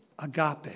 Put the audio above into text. Agape